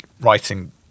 writing